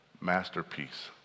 masterpiece